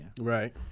Right